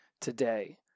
today